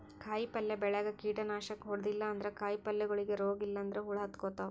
ಕಾಯಿಪಲ್ಯ ಬೆಳ್ಯಾಗ್ ಕೀಟನಾಶಕ್ ಹೊಡದಿಲ್ಲ ಅಂದ್ರ ಕಾಯಿಪಲ್ಯಗೋಳಿಗ್ ರೋಗ್ ಇಲ್ಲಂದ್ರ ಹುಳ ಹತ್ಕೊತಾವ್